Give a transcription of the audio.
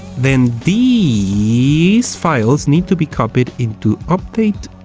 then theeeeeeeese files need to be copies into update,